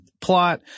plot